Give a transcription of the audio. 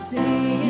day